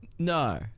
No